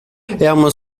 weiter